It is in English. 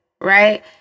right